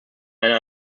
eine